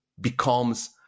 becomes